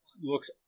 looks